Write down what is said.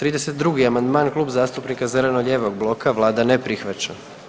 32. amandman, Klub zastupnika zeleno-lijevog bloka, Vlada ne prihvaća.